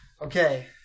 Okay